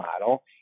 model